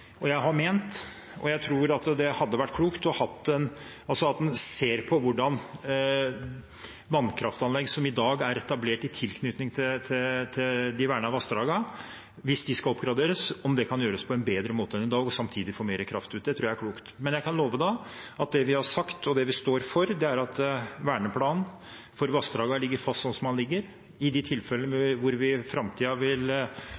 og jeg har ment, og jeg tror, at det hadde vært klokt å se på vannkraftanlegg som i dag er etablert i tilknytning til de vernede vassdragene. Hvis de skal oppgraderes, kan det gjøres på en bedre måte enn i dag og samtidig få mer kraft ut? Det tror jeg er klokt. Men jeg kan love at det vi har sagt, og det vi står for, er at verneplanen for vassdragene ligger fast slik den ligger. I de tilfellene hvor vi i framtiden vil